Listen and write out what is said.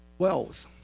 Wealth